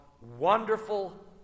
Wonderful